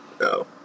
no